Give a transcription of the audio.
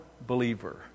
believer